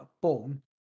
born